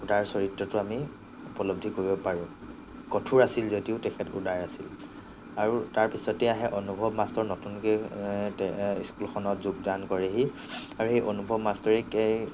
উদাৰ চৰিত্ৰটো আমি উপলব্ধি কৰিব পাৰোঁ কঠোৰ আছিল যদিও তেখেত উদাৰ আছিল আৰু তাৰপিছতে আহে অনুভৱ মাষ্টৰ নতুনকে স্কুলখনত যোগদান কৰেহি আৰু সেই অনুভৱ মাষ্টৰেই কেই